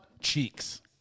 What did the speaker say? cheeks